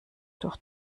durch